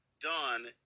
done